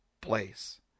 place